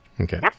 Okay